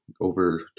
over